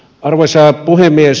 arvoisa puhemies